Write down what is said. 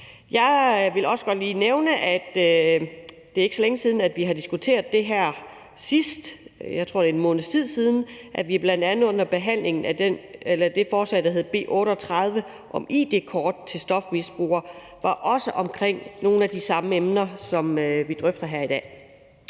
Jeg vil også godt lige nævne, at det ikke er så længe siden, at vi har diskuteret det her sidst – jeg tror, det er en måneds tid siden – hvor vi under behandlingen af det forslag, der hedder B 38, om id-kort til stofmisbrugere også var omkring nogle af de samme emner, som vi drøfter her i dag.